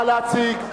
נא להציג.